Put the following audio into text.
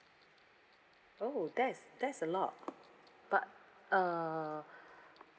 oh that is that's a lot but uh